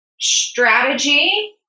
strategy